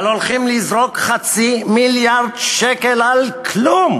אבל הולכים לזרוק חצי מיליארד שקל על כלום.